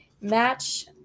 match